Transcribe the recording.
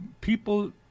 people